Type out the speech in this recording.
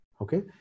Okay